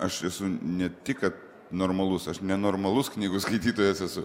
aš esu ne tik kad normalus aš nenormalus knygų skaitytojas esu